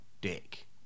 dick